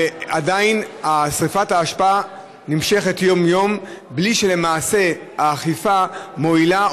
ועדיין שרפת האשפה נמשכת יום-יום בלי שלמעשה האכיפה מועילה,